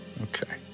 Okay